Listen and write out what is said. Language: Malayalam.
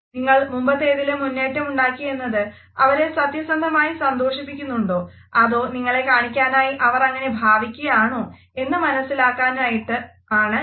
നിങ്ങൾ മുമ്പത്തേതിലും മുന്നേറ്റമുണ്ടാക്കി എന്നത് അവരെ സത്യസന്ധമായി സന്തോഷിപ്പിക്കുന്നുണ്ടോ അതോ നിങ്ങളെ കാണിക്കാനായി അവർ അങ്ങനെ ഭാവിക്കുകയാണോ എന്ന് മനസിലാക്കുന്നതിനായിട്ടാണ് ഇത്